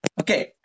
okay